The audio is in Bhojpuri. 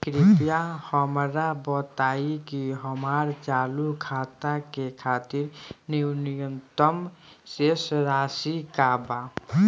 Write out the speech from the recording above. कृपया हमरा बताइ कि हमार चालू खाता के खातिर न्यूनतम शेष राशि का बा